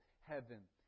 heaven